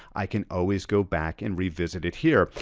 i can always go back and revisit it here.